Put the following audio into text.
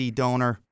donor